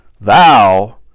thou